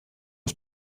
auf